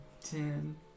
Ten